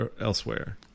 elsewhere